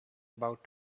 about